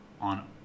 on